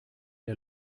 der